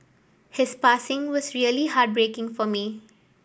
his passing was really heartbreaking for me